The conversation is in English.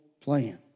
plan